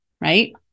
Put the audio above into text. right